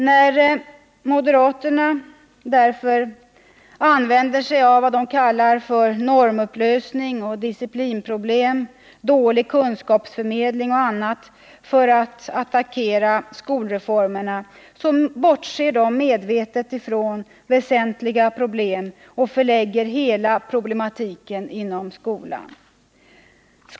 När moderaterna därför använder sig av vad de kallar normupplösning, disciplinproblem, dålig kunskapsförmedling och annat för att attackera skolreformerna, bortser de medvetet från väsentliga problem och förlägger hela problematiken inom skolan.